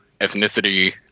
ethnicity